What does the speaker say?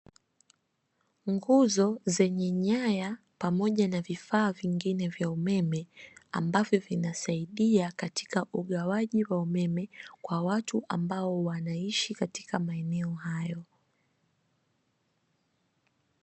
Nguzo zenye nyaya pamoja na vifaa vingine vya umeme, ambavyo vinasaidia katika ugawaji wa umeme kwa watu ambao wanaishi katika maeneo hayo.